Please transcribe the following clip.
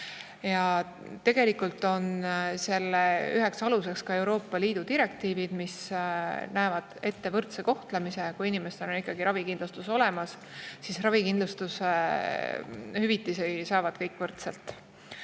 Tegelikult on selle aluseks ka Euroopa Liidu direktiivid, mis näevad ette võrdse kohtlemise. Kui inimestel on ikkagi ravikindlustus olemas, siis ravikindlustuse hüvitisi saavad kõik võrdselt.